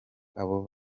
abo